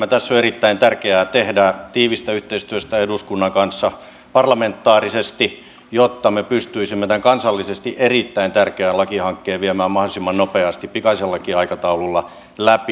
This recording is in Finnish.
tässä on erittäin tärkeää tehdä tiivistä yhteistyötä eduskunnan kanssa parlamentaarisesti jotta me pystyisimme tämän kansallisesti erittäin tärkeän lakihankkeen viemään mahdollisimman nopeasti pikaisellakin aikataululla läpi